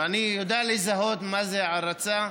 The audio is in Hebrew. ואני יודע לזהות מה זה הערצה,